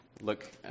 look